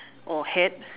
or hat